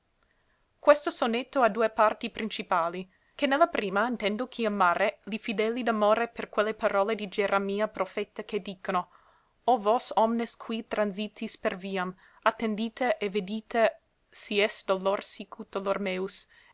questo sonetto ha due parti principali che ne la prima intendo chiamare li fedeli d'amore per quelle parole di geremia profeta che dicono o vos omnes qui transitis per viam attendite et videte si est dolor sicut dolor meus